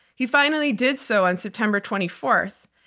he finally did so on september twenty fourth.